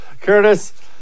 Curtis